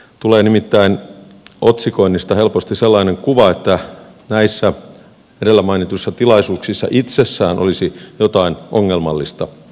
tulee nimittäin otsikoinnista helposti sellainen kuva että näissä edellä mainituissa tilaisuuksissa itsessään olisi jotain ongelmallista